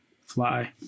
fly